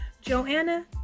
Joanna